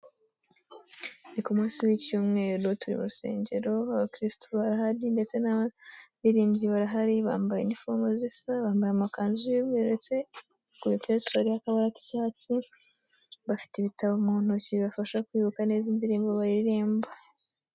Ni ku munsi w'icyumweru turi mu rusengero, abakristu barahari, ndetse n'abaririmbyi barahari, bambaye inifomu zisa, bambaye amakanzu y'umweru ndetse ku bipesu hariho akabara k'icyatsi, bafite ibitabo mu ntoki bibafasha kwibuka neza indirimbo baririmba.